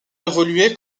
évoluait